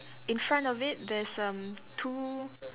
in front of it there's erm two